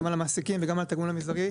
גם על המעסיקים וגם על התגמול המזערי,